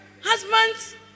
Husbands